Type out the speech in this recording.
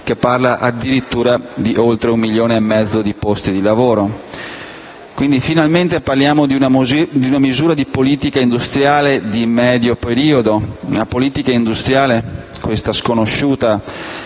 che parla addirittura di oltre 1,5 milioni di posti di lavoro. Quindi, finalmente parliamo di una misura di politica industriale di medio periodo; una politica industriale - questa sconosciuta